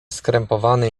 skrępowany